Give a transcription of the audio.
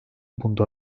bunda